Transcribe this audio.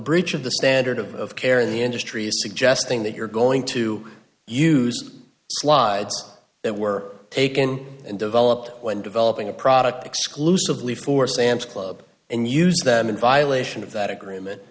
breach of the standard of care in the industry is suggesting that you're going to use slides that were taken and developed when developing a product exclusively for sam's club and use them in violation of that agreement